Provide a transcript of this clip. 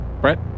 Brett